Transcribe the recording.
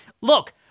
look